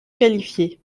qualifiée